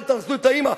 אל תהרסו את האמא.